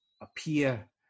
appear